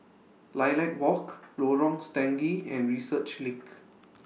Lilac Walk Lorong Stangee and Research LINK